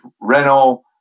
Renault